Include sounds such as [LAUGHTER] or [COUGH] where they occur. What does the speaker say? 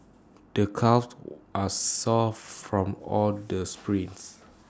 the calves [NOISE] are sore from all the sprints